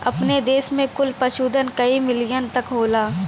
अपने देस में कुल पशुधन कई मिलियन तक होला